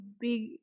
big